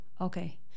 okay